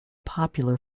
popular